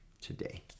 today